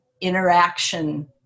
interaction